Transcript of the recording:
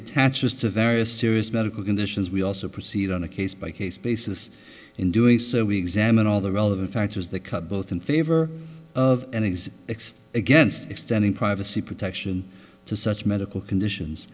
attaches to very serious medical conditions we also proceed on a case by case basis in doing so we examined all the relevant factors that cut both in favor of any extra against extending privacy protection to such medical conditions